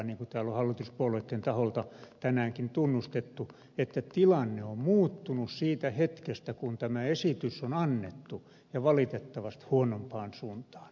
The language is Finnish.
niin kuin täällä on hallituspuolueitten taholta tänäänkin tunnustettu että tilanne on muuttunut siitä hetkestä kun tämä esitys on annettu ja valitettavasti huonompaan suuntaan